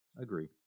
Agree